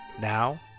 Now